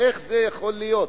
איך זה יכול להיות?